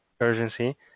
urgency